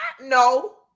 No